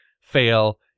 fail